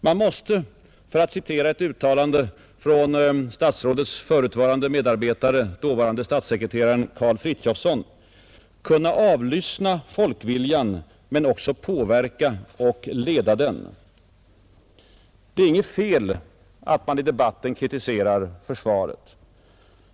Man måste — för att citera ett uttalande av statsrådets förutvarande medarbetare, dåvarande statssekreteraren Karl Frithiofson — ”kunna analysera folkviljan men också påverka och leda den”. Det är inget fel att man i debatten kritiserar försvaret.